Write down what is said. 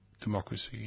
democracy